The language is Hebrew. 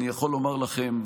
אני יכול לומר לכם,